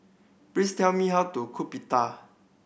please tell me how to cook Pita